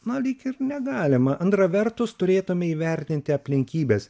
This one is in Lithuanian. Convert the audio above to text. na lyg ir negalima antra vertus turėtume įvertinti aplinkybes